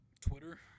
Twitter